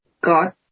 God